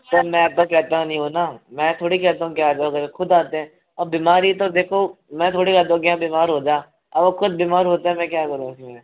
मैं कहता नहीं हूँ ना मैं थोड़ी कहता नहीं हूँ कि आ जाओ घर खुद आते हैं अब बीमारी तो देखो मैं थोड़ी कहता हूँ कि बीमार हो जा अब वो खुद बीमार होते हैं मैं क्या करूँ इसमे